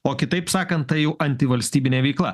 o kitaip sakant tai jau antivalstybinė veikla